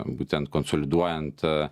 būtent konsoliduojant